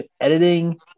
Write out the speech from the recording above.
editing